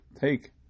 take